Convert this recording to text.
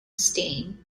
stain